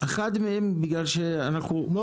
אחד מהדברים, כן.